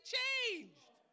changed